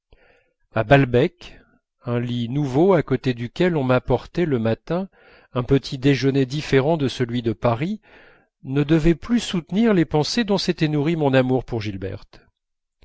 à balbec un lit nouveau à côté duquel on m'apportait le matin un petit déjeuner différent de celui de paris ne devait plus soutenir les pensées dont s'était nourri mon amour pour gilberte